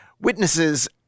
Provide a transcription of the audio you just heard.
witnesses